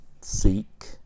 Seek